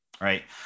Right